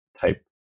type